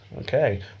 okay